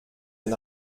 den